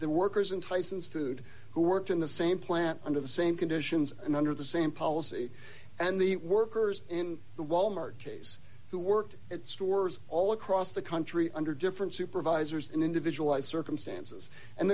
the workers in tyson's food who worked in the same plant under the same conditions and under the same policy and workers in the wal mart case who worked at stores all across the country under different supervisors and individual life circumstances and